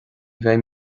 bheidh